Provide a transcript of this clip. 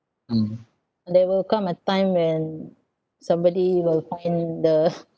there will come a time when somebody will find the